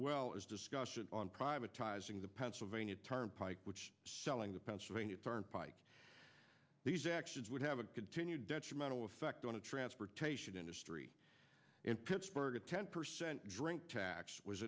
well as discussion on privatizing the pennsylvania turnpike selling the pennsylvania turnpike these actions would have a continued detrimental effect on the transportation industry in pittsburgh a ten percent drink tax was